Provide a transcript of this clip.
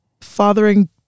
Fathering